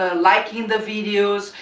ah liking the videos,